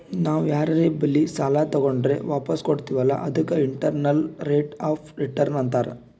ನಾವ್ ಯಾರರೆ ಬಲ್ಲಿ ಸಾಲಾ ತಗೊಂಡುರ್ ವಾಪಸ್ ಕೊಡ್ತಿವ್ ಅಲ್ಲಾ ಅದಕ್ಕ ಇಂಟರ್ನಲ್ ರೇಟ್ ಆಫ್ ರಿಟರ್ನ್ ಅಂತಾರ್